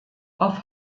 auf